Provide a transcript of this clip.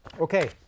okay